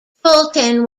fulton